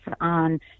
on